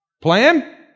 Plan